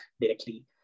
directly